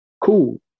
cool